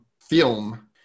film